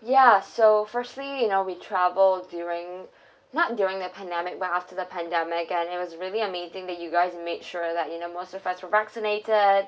ya so firstly you know we travelled during not during the pandemic but after the pandemic and it was really amazing that you guys make sure that you know most of us were vaccinated